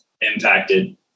impacted